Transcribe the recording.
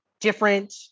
different